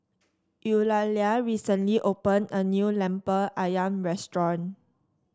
Eulalia recently opened a new lemper ayam restaurant